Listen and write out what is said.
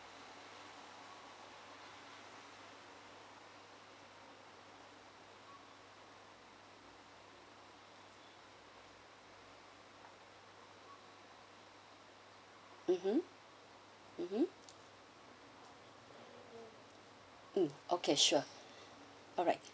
mmhmm mmhmm mm okay sure alright